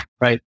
right